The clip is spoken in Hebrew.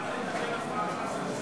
אדוני היושב-ראש,